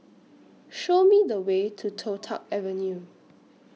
Show Me The Way to Toh Tuck Avenue